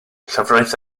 llefrith